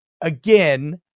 again